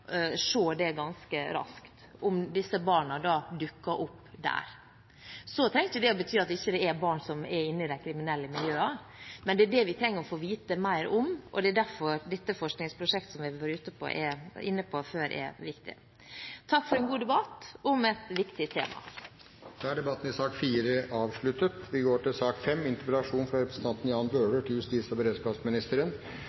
ganske raskt. Det trenger ikke bety at det ikke er barn som er i de kriminelle miljøene, men det er det vi trenger å få vite mer om, og det er derfor dette forskningsprosjektet som jeg har vært inne på før, er viktig. Takk for en god debatt om et viktig tema. Debatten i sak nr. 4 er avsluttet. Sist gang jeg hadde interpellasjon i Stortinget om organisert kriminalitet og kriminelle gjenger, var i mai 2006. Da hadde vi